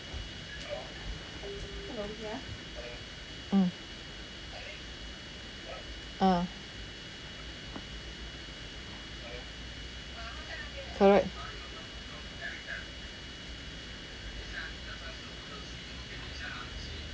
mm ah correct